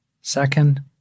Second